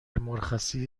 مرخصی